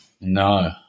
No